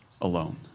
alone